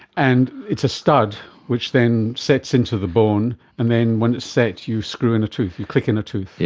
and it's a stud which then sets into the bone and then when it sets you screw in a tooth, you click in a tooth.